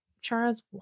Chara's